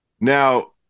Now